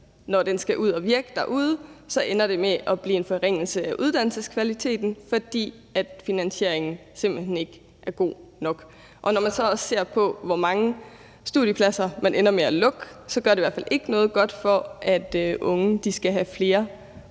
når den skal ud at virke derude, for så ender det med at blive en forringelse af uddannelseskvaliteten, fordi finansieringen simpelt hen ikke er god nok. Når man så også ser på, hvor mange studiepladser, man ender med at lukke, gør det i hvert fald ikke noget godt, for at unge skal have flere